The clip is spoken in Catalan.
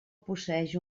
posseeix